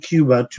Cuba